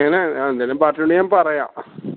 എങ്ങനെ ആ എന്തെങ്കിലും പാർട്ടി ഉണ്ടെങ്കിൽ ഞാൻ പറയാം